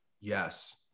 Yes